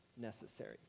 necessary